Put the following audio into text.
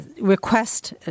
Request